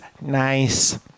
Nice